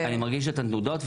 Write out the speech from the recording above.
אני מרגיש את התנודות,